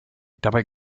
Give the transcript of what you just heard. dabei